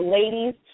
ladies